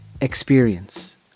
experience